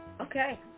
Okay